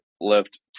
left